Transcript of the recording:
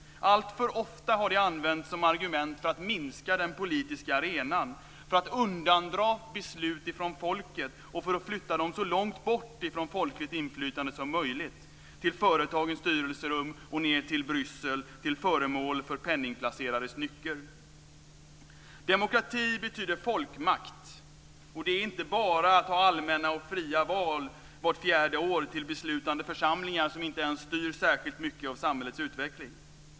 Alltför ofta har det använts som argument för att minska den politiska arenan, för att undandra beslut från folket och för att flytta dem så långt bort från folkligt inflytande som möjligt, till företagens styrelserum och ned till Bryssel, till förmån för penningplacerares nycker. Demokrati betyder folkmakt, och det innebär inte bara att man har allmänna och fria val vart fjärde år till beslutande församlingar som inte ens styr särskilt mycket av samhällets utveckling.